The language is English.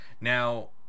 Now